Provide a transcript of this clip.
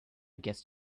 guess